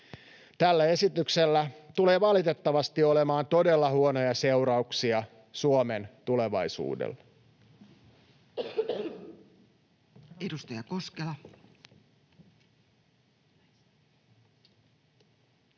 Tällä esityksellä tulee valitettavasti olemaan todella huonoja seurauksia Suomen tulevaisuudelle.